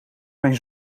mijn